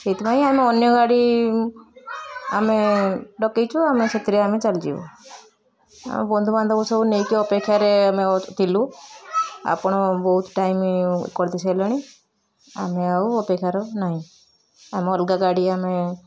ସେଇଥିପାଇଁ ଆମେ ଅନ୍ୟ ଗାଡ଼ି ଆମେ ଡ଼କେଇଛୁ ଆମେ ସେଥିରେ ଆମେ ଚାଲିଯିବୁ ଆଉ ବନ୍ଧୁବାନ୍ଧବ ସବୁ ନେଇକି ଅପେକ୍ଷାରେ ଆମେ ଥିଲୁ ଆପଣ ବହୁତ ଟାଇମ୍ କରିଦେଇ ସାରିଲେଣି ଆମେ ଆଉ ଅପେକ୍ଷାର ନାହିଁ ଆମେ ଅଲଗା ଗାଡ଼ି ଆମେ